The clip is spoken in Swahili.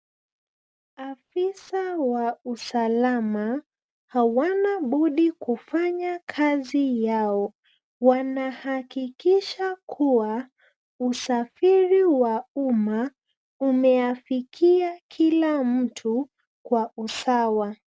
Afisa wa usalama hawana budi kufanya kazi yao . Wana hakikisha kuwa usafiri wa umma umeafikia kila mtu kwa usawa.